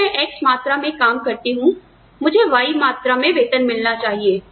अगर मैं 'X' मात्रा में काम करती हूं मुझे 'Y' मात्रा में वेतन मिलना चाहिए